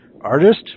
artist